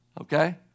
Okay